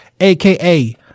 aka